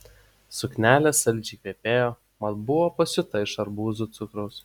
suknelė saldžiai kvepėjo mat buvo pasiūta iš arbūzų cukraus